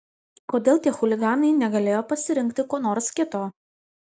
kodėl tie chuliganai negalėjo pasirinkti ko nors kito